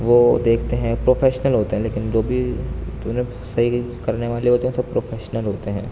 وہ دیکھتے ہیں پروفیشنل ہوتے ہیں لیکن جو بھی ترنت صحیح کرنے والے ہوتے ہیں سب پروفیشنل ہوتے ہیں